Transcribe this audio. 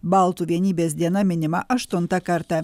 baltų vienybės diena minima aštuntą kartą